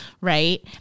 Right